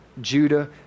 Judah